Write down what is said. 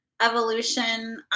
evolution